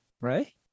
right